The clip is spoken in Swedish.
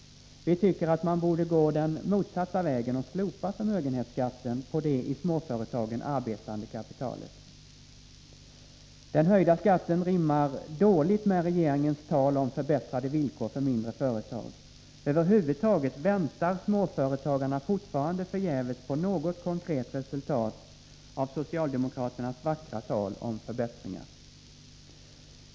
Vi tycker att man borde gå den motsatta vägen och slopa förmögenhetsskatten på det i småföretagen arbetande kapitalet. Den höjda skatten rimmar dåligt med regeringens tal om förbättrade villkor för mindre företag. Över huvud taget väntar småföretagarna fortfarande förgäves på något konkret resultat av socialdemokraternas vackra tal om förbättringar.